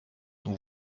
nous